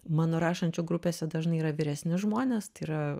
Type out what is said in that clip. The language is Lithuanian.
mano rašančių grupėse dažnai yra vyresni žmonės tai yra